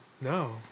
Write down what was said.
No